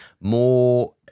more